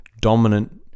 dominant